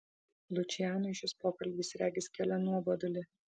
lučianui šis pokalbis regis kėlė nuobodulį